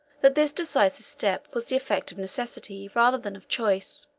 that this decisive step was the effect of necessity rather than of choice.